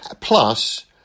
Plus